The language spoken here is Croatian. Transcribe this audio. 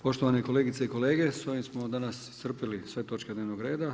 Poštovane kolegice i kolege, s ovim smo danas iscrpili sve točke dnevnog reda.